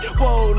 whoa